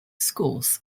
schools